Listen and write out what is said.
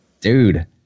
Dude